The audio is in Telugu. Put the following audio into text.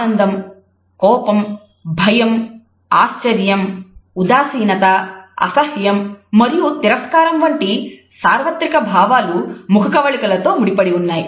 ఆనందం కోపం భయం ఆశ్చర్యం ఉదాసీనత అసహ్యం మరియు తిరస్కారం వంటి సార్వత్రిక భావాలు ముఖకవళిక లతో ముడిపడి ఉన్నాయి